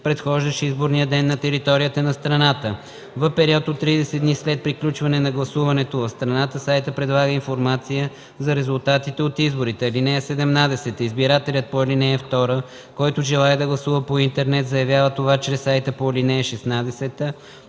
предхождащ изборния ден на територията на страната. В период от 30 дни след приключване на гласуването в страната сайтът предлага информация за резултатите от изборите. (17) Избирателят по ал. 2, който желае да гласува по интернет, заявява това чрез сайта по ал. 16